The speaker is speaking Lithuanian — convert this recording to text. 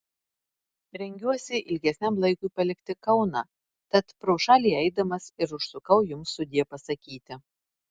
rengiuosi ilgesniam laikui palikti kauną tat pro šalį eidamas ir užsukau jums sudie pasakyti